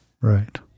Right